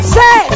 say